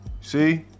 See